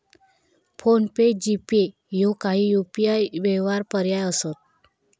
phone पे, GPay ह्यो काही UPI व्यवहार पर्याय असत